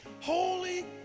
holy